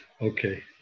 Okay